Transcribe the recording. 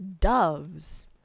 doves